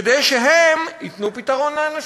כדי שהם ייתנו פתרון לאנשים.